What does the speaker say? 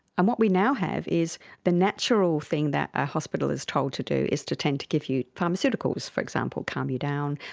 and what we now have is the natural thing that a hospital is told to do is to tend to give you pharmaceuticals, for example, calm you down.